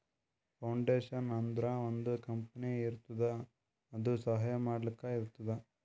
foundation ಅಂದುರ್ ಒಂದ್ company ಇರ್ತುದ್ ಅದು ಸಹಾಯ ಮಾಡ್ಲಕ್ ಇರ್ತುದ್